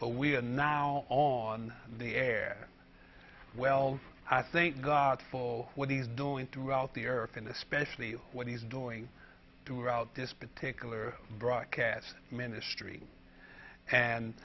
but we are now on the air well i think god for what he's doing throughout the earth and especially what he's doing throughout this particular broadcast ministry and